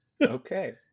Okay